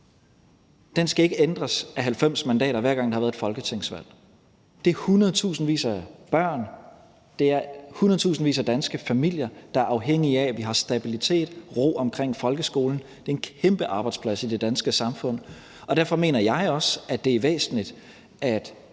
Den skal ikke ændres af 90 mandater, hver gang der har været et folketingsvalg. Det er hundredtusindvis af børn, det er hundredtusindvis af danske familier, der er afhængige af, at vi har stabilitet og ro omkring folkeskolen. Det er en kæmpe arbejdsplads i det danske samfund, og derfor mener jeg også, at det er væsentligt, at